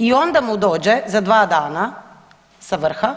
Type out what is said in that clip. I onda mu dođe za 2 dana sa vrha,